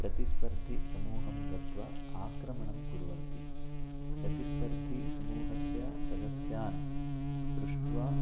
प्रतिस्पर्धिसमूहं गत्वा आक्रमणं कुर्वन्ति प्रतिस्पर्धिसमूहस्य सदस्यान् स्पृष्ट्वा